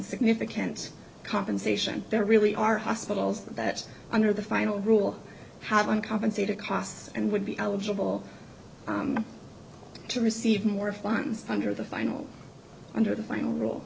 significant compensation there really are hospitals that under the final rule have uncompensated costs and would be eligible to receive more funds under the final under the final rule